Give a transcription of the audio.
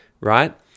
right